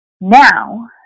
Now